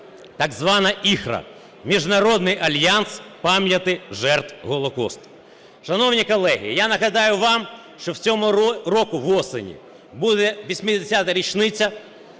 так звана IHRA (Міжнародний альянс пам'яті жертв Голокосту). Шановні колеги, я нагадаю вам, що в цьому році восени буде 80-а річниця